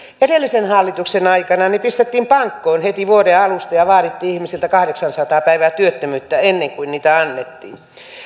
edellisen hallituksen aikana ne pistettiin pankkoon heti vuoden alusta ja vaadittiin ihmisiltä kahdeksansataa päivää työttömyyttä ennen kuin niitä annettiin